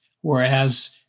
Whereas